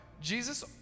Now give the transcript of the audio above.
Jesus